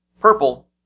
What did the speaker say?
purple